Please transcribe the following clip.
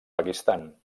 pakistan